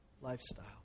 lifestyle